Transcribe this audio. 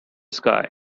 sky